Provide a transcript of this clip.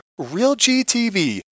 RealGTV